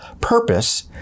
purpose